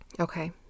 Okay